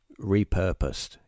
repurposed